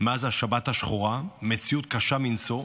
מאז השבת השחורה, מציאות קשה מנשוא,